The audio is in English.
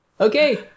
Okay